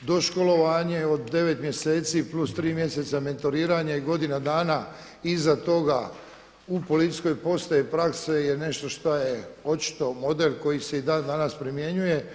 doškolovanje od 9 mjeseci plus 3 mjeseca mentoriranja i godina dana iza toga u policijskoj postaji praksa je nešto šta je očito model koji se i dan danas primjenjuje.